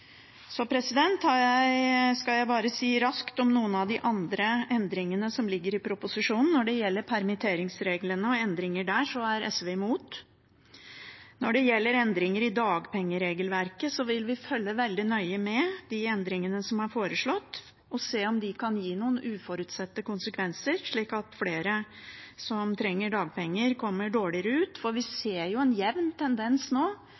Så skal jeg bare raskt kommentere noen av de andre endringene som ligger i proposisjonen: Når det gjelder permitteringsreglene og endringer der, er SV imot. Når det gjelder endringer i dagpengeregelverket, vil vi følge veldig nøye med i de endringene som er foreslått, og se om de kan gi noen uforutsette konsekvenser slik at flere som trenger dagpenger, kommer dårligere ut. Vi ser jo en jevn tendens nå